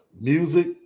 music